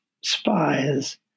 spies